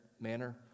manner